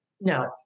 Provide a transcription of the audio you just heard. No